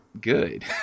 good